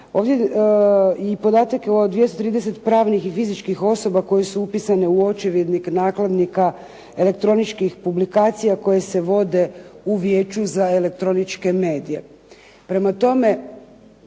Ovdje je i podatak o 230 pravnih i fizičkih osoba koje su upisane u očevidnik nakladnika elektroničkih publikacija koje se vode u Vijeću za elektroničke medije.